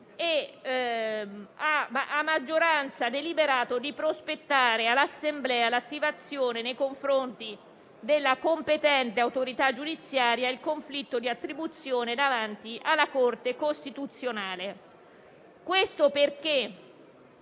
e a maggioranza ha deliberato di prospettare all'Assemblea l'attivazione, nei confronti della competente autorità giudiziaria, del conflitto di attribuzione davanti alla Corte costituzionale, perché